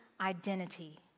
identity